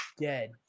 dead